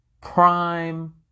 prime